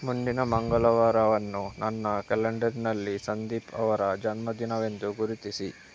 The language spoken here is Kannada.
ಮುಂದಿನ ಮಂಗಳವಾರವನ್ನು ನನ್ನ ಕಲೆಂಡರ್ನಲ್ಲಿ ಸಂದೀಪ್ ಅವರ ಜನ್ಮದಿನವೆಂದು ಗುರುತಿಸಿ